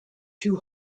two